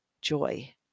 joy